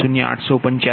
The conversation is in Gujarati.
0885 p